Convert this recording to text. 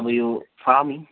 अब यो फार्मिङ